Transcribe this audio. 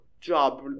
job